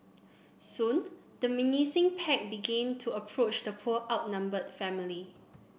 soon the menacing pack began to approach the poor outnumbered family